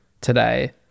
today